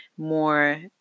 more